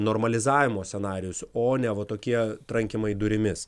normalizavimo scenarijus o ne va tokie trankymai durimis